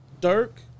Dirk